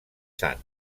sant